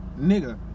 nigga